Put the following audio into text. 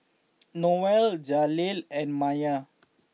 Noelle Jaleel and Myer